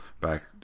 back